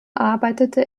arbeitete